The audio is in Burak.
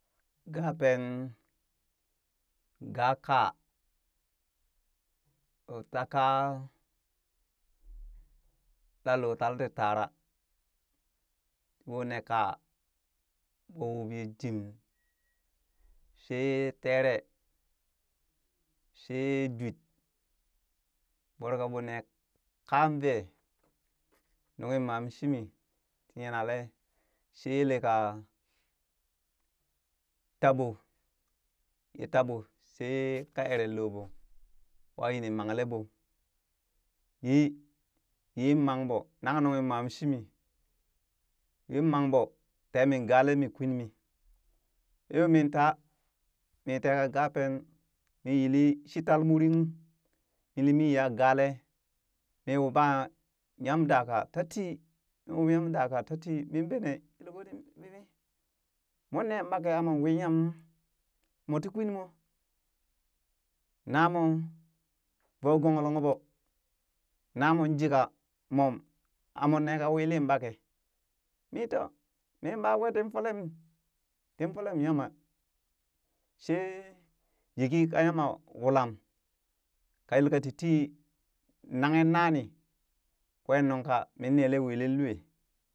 Gapen gakaa ɓoo ta kaa la loo tal tii tara ɓoonee ƙaa ɓoo wub ye jim, she yee tere, shee dwitt voro ka ɓoo neekaa vee, nunghi maam shimii tii yinale shee yelka taɓoo yee taɓoo she ka eree loo ɓoo wa yi ni mankle ɓoo yi yin mangɓoo nang nunghi maam shimi, yin mangɓo teemin galee mi kwin mii ɓee yoo min taa mii teka gapen mii yili shi tal muri ung mini miya gee lee miimwuɓa nyam daka tatii min wub nyam dakaa tatii min benee yelkoo tin ɓiɓi monnee ɓakee mon wii nyam ung, moo tii kwin moon na mo vuu gong lunk ɓoo na moon jiika mom amon ne ka wili ɓake mi to mi ɓakwe tin folem tin folem yama shee yiki ka yama wulam ka yelka tiitii nanghe nani kwee nu ka min nele welen lue